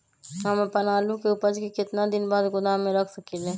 हम अपन आलू के ऊपज के केतना दिन बाद गोदाम में रख सकींले?